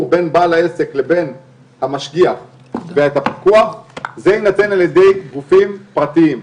בין בעל העסק לבין המשגיח בפיקוח זה יינתן על ידי גופים פרטיים,